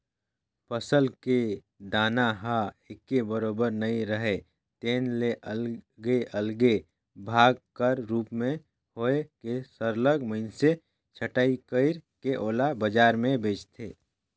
फसल के दाना ह एके बरोबर नइ राहय तेन ले अलगे अलगे भाग कर रूप में होए के सरलग मइनसे छंटई कइर के ओला बजार में बेंचथें